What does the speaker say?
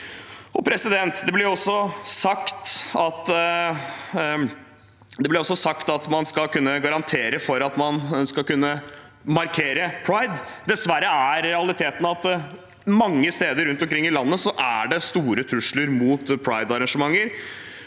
Det ble også sagt at man skal kunne garantere for at man skal kunne markere pride. Dessverre er realiteten at det mange steder rundt omkring i landet er store trusler mot pridearrangementer.